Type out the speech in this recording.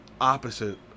opposite